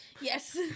Yes